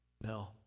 No